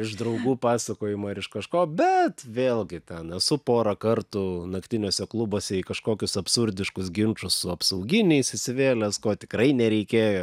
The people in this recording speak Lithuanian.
iš draugų pasakojimų ar iš kažko bet vėlgi ten esu porą kartų naktiniuose klubuose į kažkokius absurdiškus ginčus su apsauginiais įsivėlęs ko tikrai nereikėjo